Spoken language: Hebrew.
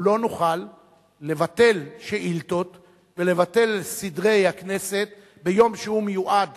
אנחנו לא נוכל לבטל שאילתות ולבטל סדרי כנסת ביום שמיועד